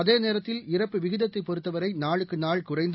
அதேநேரத்தில் இறப்பு விகிதத்தைப் பொறுத்தவரைநாளுக்குநாள் குறைந்து